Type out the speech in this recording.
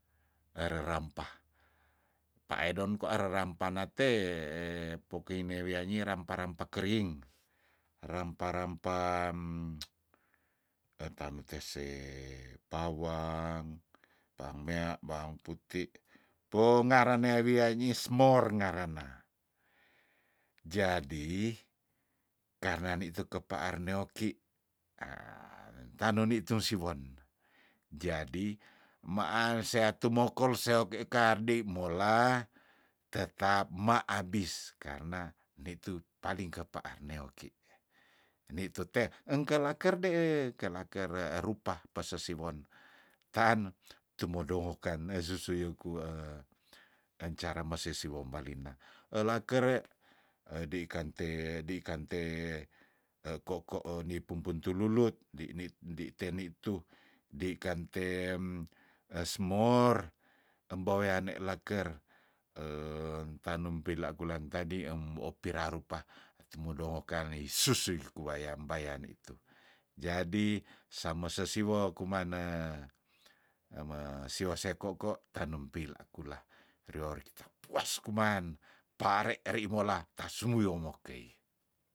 Ere rampah paedon kwa ere rampa nate e pokei nie wia nyi rampa- rampa kering rampa- rampa etamo tese pawang bang mea bang puti po ngarenea wia nyiih smor ngarena jadi karna nitu kepaar neoki hah tano nitu siwon jadi maan seatu mokol seoki kardei mola tetap ma abis karna nitu paling kepaar neoki nitute engkelake de eh kelaker erupa pesesiwon taan tumodo mokan esusu yoku ancara mese siwom balina ela kere edei kante dei kante ekoko nipumpun tululut dinit di ten nitu dei kan tem esmor embeweane laker tanum pila kulan tadi opi ra rupa tumodo ngokan nei susui iku wayam bayane itu jadi same sesiwo kuman eme siwo sekoko tanum pil akula riori kita puas kuman pare ri mola tasu moyokei.